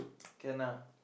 can ah